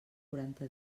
quaranta